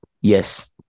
Yes